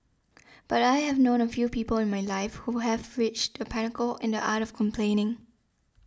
but I have known a few people in my life who have reached the pinnacle in the art of complaining